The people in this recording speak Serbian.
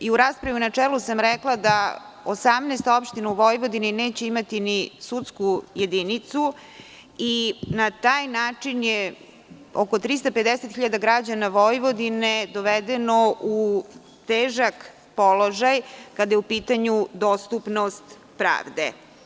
U raspravi u načelu sam rekla da 18 opština u Vojvodini neće imati ni sudsku jedinicu i na taj način je oko 350.000 građana Vojvodine dovedeno u težak položaj kada je u pitanju dostupnost pravde.